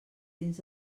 dins